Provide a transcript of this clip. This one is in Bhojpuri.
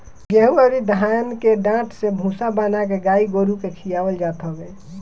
गेंहू अउरी धान के डाठ से भूसा बना के गाई गोरु के खियावल जात हवे